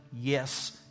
yes